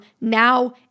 now